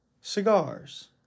Cigars